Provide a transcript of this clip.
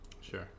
Sure